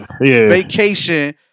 vacation